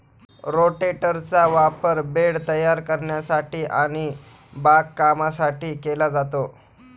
रोटेटरचा वापर बेड तयार करण्यासाठी आणि बागकामासाठी केला जातो